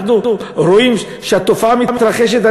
אנחנו רואים שהתופעה מתרחשת,